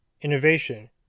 innovation